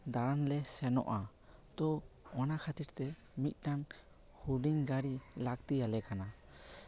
ᱫᱟᱬᱟᱱ ᱞᱮ ᱥᱮᱱᱚᱜᱼᱟ ᱛᱳ ᱚᱱᱟ ᱠᱷᱟᱹᱛᱤᱨ ᱛᱮ ᱢᱤᱫᱴᱟᱱ ᱦᱩᱰᱤᱧ ᱜᱟᱹᱲᱤ ᱞᱟᱹᱠᱛᱤᱭᱟᱞᱮ ᱠᱟᱱᱟ